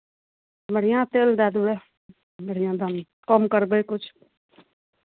बढ़िआँ तेल दए देबै बढ़िआँ दाम कम करबै किछु